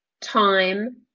time